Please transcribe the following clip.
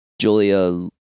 Julia